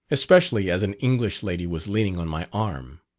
especially as an english lady was leaning on my arm.